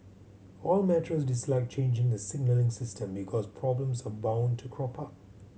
all metros dislike changing the signalling system because problems are bound to crop up